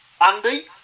Andy